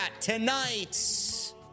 tonight